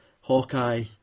Hawkeye